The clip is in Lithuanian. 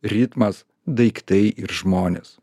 ritmas daiktai ir žmonės